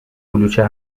کلوچه